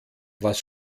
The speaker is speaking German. was